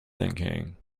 thinking